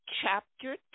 chapter